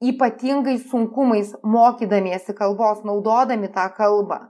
ypatingais sunkumais mokydamiesi kalbos naudodami tą kalbą